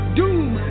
doom